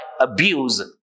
abuse